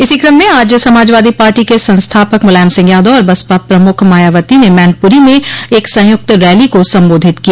इसी क्रम में आज समाजवादी पार्टी के संस्थापक मुलायम सिंह यादव और बसपा प्रमुख मायावती ने मैनपुरी में एक संयुक्त रैली को संबोधित किया